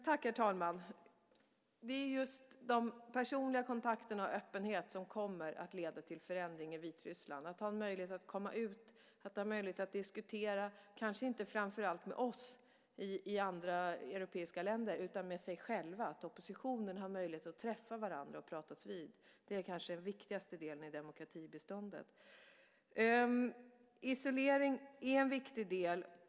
Herr talman! Det är just de personliga kontakterna och öppenheten som kommer att leda till en förändring i Vitryssland. Att ha en möjlighet att komma ut och att diskutera kanske framför allt inte med oss i andra europeiska länder utan sinsemellan - alltså att de i oppositionen har möjlighet att träffa varandra och talas vid - är kanske den viktigaste delen i demokratibiståndet. Isolering är en viktig del.